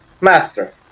Master